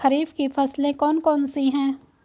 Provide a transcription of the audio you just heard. खरीफ की फसलें कौन कौन सी हैं?